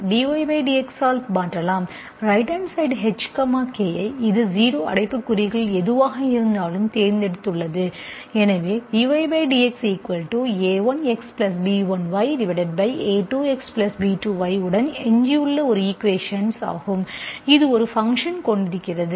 right hand side h k ஐ இது 0 அடைப்புக்குறிக்குள் எதுவாக இருந்தாலும் தேர்ந்தெடுத்துள்ளது எனவே dYdXa1Xb1Ya2Xb2Y உடன் எஞ்சியுள்ள ஒரு ஈக்குவேஷன்ஸ் ஆகும் இது ஒரு ஃபங்சன் கொண்டிருக்கிறது